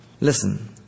Listen